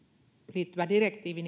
liittyvä direktiivi